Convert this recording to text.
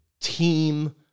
team